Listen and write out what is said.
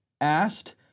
asked